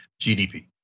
GDP